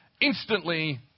Instantly